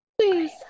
please